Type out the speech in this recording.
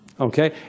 Okay